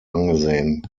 angesehen